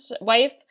wife